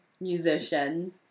musician